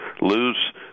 lose